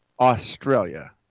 Australia